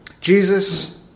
Jesus